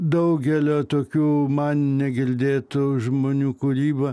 daugelio tokių man negirdėtų žmonių kūryba